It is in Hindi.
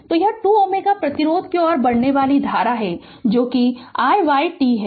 तो यह 2 Ω प्रतिरोध की ओर बहने वाली धारा है जो कि i y t है